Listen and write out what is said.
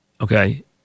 Okay